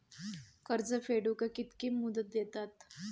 कर्ज फेडूक कित्की मुदत दितात?